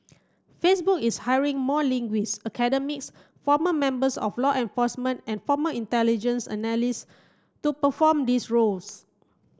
Facebook is hiring more linguist academics former members of law enforcement and former intelligence to perform these roles